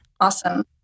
awesome